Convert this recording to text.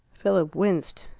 philip winced.